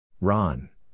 Ron